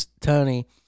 Tony